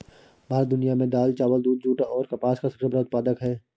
भारत दुनिया में दाल, चावल, दूध, जूट और कपास का सबसे बड़ा उत्पादक है